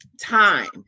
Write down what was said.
time